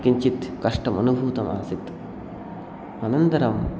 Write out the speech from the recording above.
किञ्चित् कष्टम् अनुभूतमासीत् अनन्तरम्